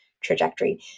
trajectory